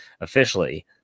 officially